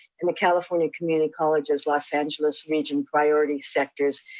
and california community colleges, los angeles region priority sectors,